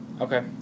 Okay